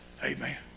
Amen